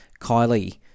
Kylie